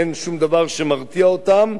אין שום דבר שמרתיע אותם,